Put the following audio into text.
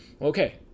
Okay